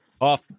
Off